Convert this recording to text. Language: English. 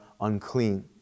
unclean